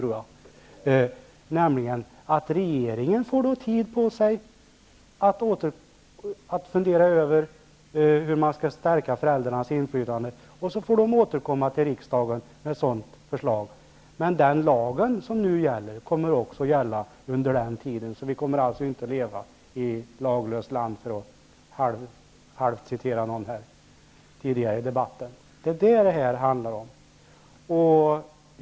Regeringen får då tid på sig att fundera över hur man skall stärka föräldrarnas inflytande och kan återkomma till riksdagen med ett sådant förslag. Den lag som nu gäller kommer att gälla även under den tiden, så vi kommer inte att leva i ett laglöst land, för att delvis citera en tidigare talare. Det är det det handlar om.